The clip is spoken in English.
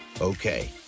Okay